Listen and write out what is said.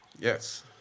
Yes